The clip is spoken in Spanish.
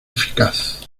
eficaz